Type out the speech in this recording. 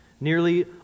Nearly